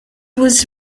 was